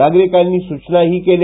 नागरिकांनी सुचना ही केल्या